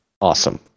awesome